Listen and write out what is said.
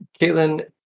Caitlin